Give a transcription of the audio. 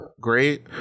great